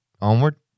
Onward